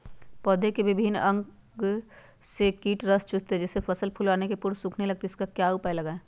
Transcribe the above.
पौधे के विभिन्न अंगों से कीट रस चूसते हैं जिससे फसल फूल आने के पूर्व सूखने लगती है इसका क्या उपाय लगाएं?